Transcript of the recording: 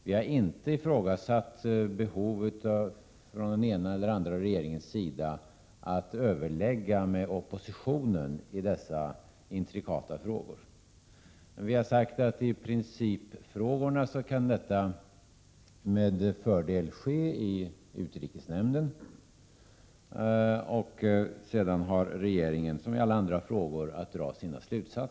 Vi har inte ifrågasatt behovet från den ena eller den andra regeringens sida att överlägga med oppositionen i dessa intrikata frågor, men vi har sagt att det i principfrågorna med fördel kan ske i utrikesnämnden och att regeringen sedan har att dra sina slutsatser, som i alla andra frågor.